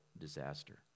disaster